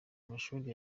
amashuri